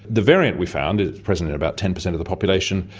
the variant we found is present in about ten percent of the population.